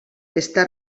està